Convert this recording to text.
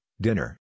dinner